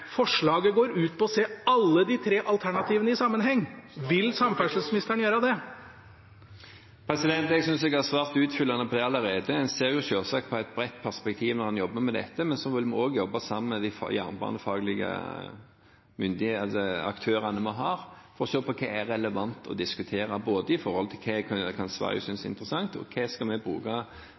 Forslaget går ut på å se alle de tre alternativene i sammenheng. Vil samferdselsministeren gjøre det? Jeg synes jeg har svart utfyllende på det allerede. Når en jobber med dette, ser en det jo selvsagt i et bredt perspektiv, men vi vil også jobbe sammen med de jernbanefaglige aktørene vi har, og se på hva som er relevant å diskutere, både når det gjelder hva Sverige kan synes er interessant, og når det gjelder hva vi skal bruke